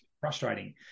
frustrating